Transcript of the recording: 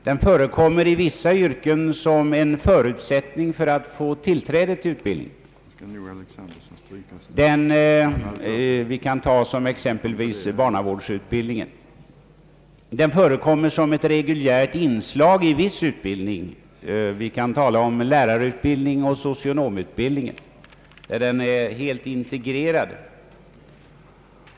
Den förekommer i vissa yrken som en förutsättning för att få tillträde till utbildningen, t.ex. barnavårdsutbildningen, där kravet på praktiktjänstgöring är ett reguljärt inslag. En annan form av praktik förekommer inom lärarutbildning och socionomutbildning, där praktiken är helt integrerad.